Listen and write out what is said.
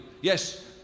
yes